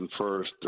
first